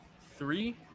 three